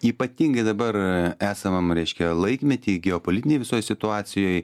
ypatingai dabar a esamam reiškia laikmety geopolitinėj visoje situacijoj